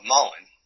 Mullen